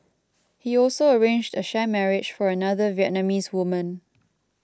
he also arranged a sham marriage for another Vietnamese woman